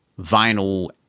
vinyl